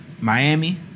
Miami